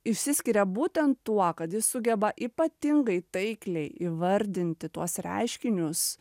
išsiskiria būtent tuo kad jis sugeba ypatingai taikliai įvardinti tuos reiškinius